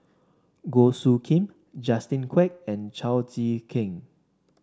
Goh Soo Khim Justin Quek and Chao Tzee Keng